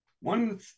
One